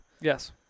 Yes